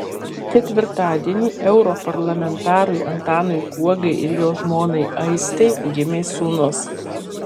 ketvirtadienį europarlamentarui antanui guogai ir jo žmonai aistei gimė sūnus